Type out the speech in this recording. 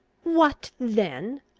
what then!